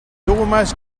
almost